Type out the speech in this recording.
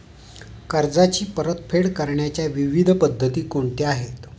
कर्जाची परतफेड करण्याच्या विविध पद्धती कोणत्या आहेत?